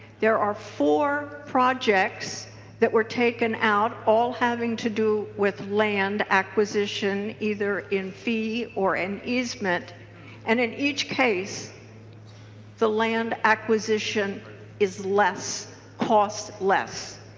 there are four projects that were taken out all having to do with land acquisition either in fee or an easement and in each case the land acquisition is less cost less.